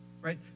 right